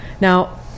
Now